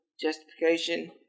justification